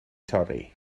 torri